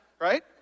right